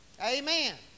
Amen